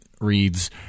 reads